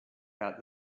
got